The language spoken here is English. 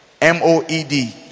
m-o-e-d